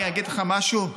אני אגיד לך משהו,